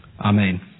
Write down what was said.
Amen